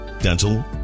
dental